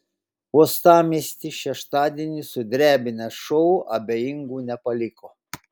uostamiestį šeštadienį sudrebinęs šou abejingų nepaliko